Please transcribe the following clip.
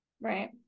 right